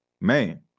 man